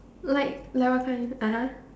like like what kind (uh huh)